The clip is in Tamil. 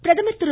பிரதமர் திரு